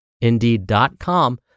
indeed.com